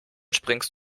springst